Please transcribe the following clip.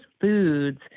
foods